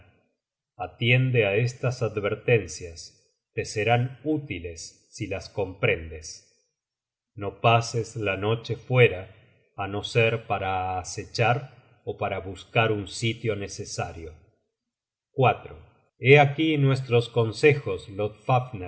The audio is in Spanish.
atiende á estas advertencias te serán útiles si las comprendes no pases la noche fuera á no ser para acechar ó para buscar un sitio necesario hé aquí nuestros consejos